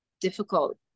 difficult